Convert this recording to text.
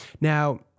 Now